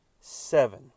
seven